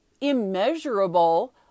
immeasurable